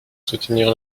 soutenir